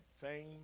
fame